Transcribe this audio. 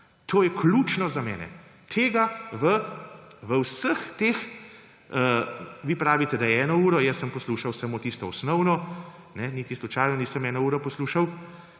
To je ključno za mene. Tega v vseh teh −vi pravite, da je eno uro, jaz sem poslušal samo tisto osnovno, niti slučajno nisem eno uro poslušal.